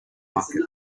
market